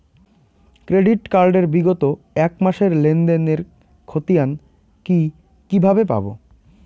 Credit card এর বিগত এক মাসের লেনদেন এর ক্ষতিয়ান কি কিভাবে পাব?